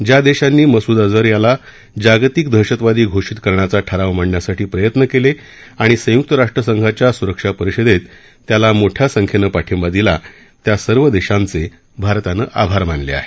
ज्या देशांनी मसूद अजहर याला जागतिक दहशतवादी घोषित करण्याचा ठराव मांडण्यासाठी प्रयत्न केले आणि संयुक्त राष्ट्र संघाच्या सुरक्षा परिषदेत त्याला मोठ्या संख्येनं पाठिंबा दिला त्या सर्व देशांचे भारतानं आभार मानले आहेत